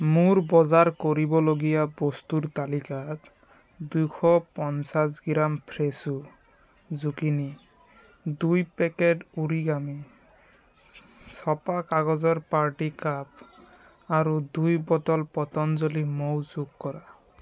মোৰ বজাৰ কৰিবলগীয়া বস্তুৰ তালিকাত দুশ পঞ্চাছ গ্ৰাম ফ্ৰেছো জুকিনি দুই পেক ওৰিগামী ছপা কাগজৰ পাৰ্টি কাপ আৰু দুই বটল পতঞ্জলী মৌ যোগ কৰা